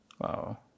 Wow